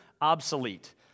obsolete